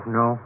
no